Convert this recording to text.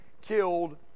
killed